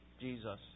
Jesus